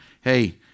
hey